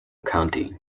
county